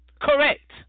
correct